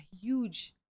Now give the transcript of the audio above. huge